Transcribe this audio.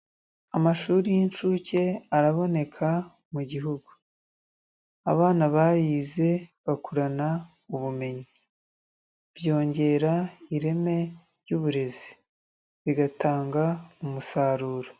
Amashuri y'incuke araboneka mu gihugu, abana bayize bakurana ubumenyi, byongera ireme ry'uburezi, bigatanga umusaruro.